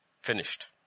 Finished